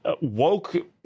woke